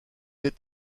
est